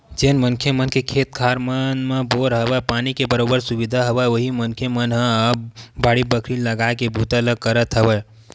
जेन मनखे मन के खेत खार मन म बोर हवय, पानी के बरोबर सुबिधा हवय उही मनखे मन ह अब बाड़ी बखरी लगाए के बूता ल करत हवय